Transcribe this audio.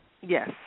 Yes